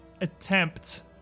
attempt